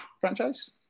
franchise